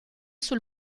sul